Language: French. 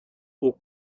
aux